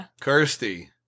Kirsty